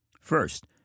First